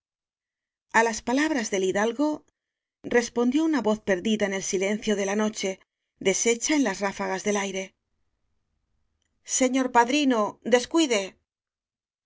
las palabras del hidalgo respondió una voz perdida en el silencio de la noche des hecha en las ráfagas del aire señor padrino descuide